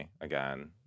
again